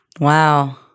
Wow